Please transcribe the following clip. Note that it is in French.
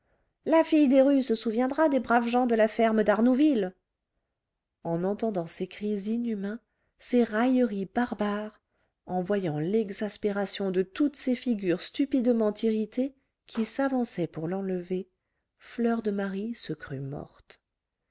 la fille des rues se souviendra des braves gens de la ferme d'arnouville en entendant ces cris inhumains ces railleries barbares en voyant l'exaspération de toutes ces figures stupidement irritées qui s'avançaient pour l'enlever fleur de marie se crut morte